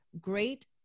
great